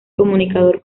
comunicador